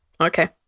okay